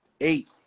eight